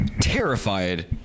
terrified